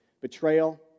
betrayal